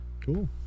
Cool